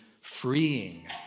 freeing